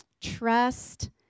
trust